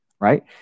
right